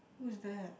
who's that